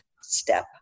step